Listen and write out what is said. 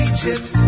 Egypt